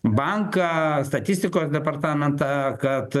banką statistikos departamentą kad